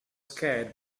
scared